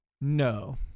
No